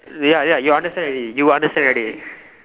ya ya you understand already you understand already